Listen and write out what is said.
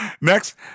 next